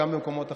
גם במקומות אחרים,